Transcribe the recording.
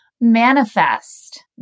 manifest